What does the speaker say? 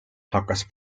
hakkas